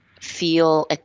feel